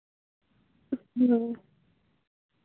ᱦᱮᱸ